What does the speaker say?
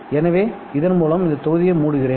எனவே இதன் மூலம் நான் இந்த தொகுதியை மூடுகிறேன்